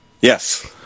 Yes